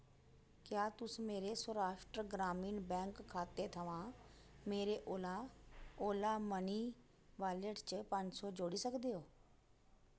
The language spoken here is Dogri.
क्या तुस मेरे सौराश्ट्र ग्रामीण बैंक खाते थमां मेरे ओला ओला मनी वालेट च पंज सौ जोड़ी सकदे ओ